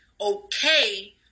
okay